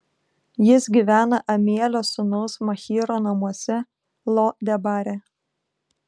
jis gyvena amielio sūnaus machyro namuose lo debare